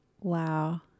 Wow